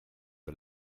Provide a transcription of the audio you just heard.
for